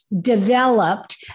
developed